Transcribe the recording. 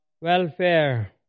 Welfare